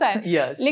Yes